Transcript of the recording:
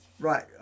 Right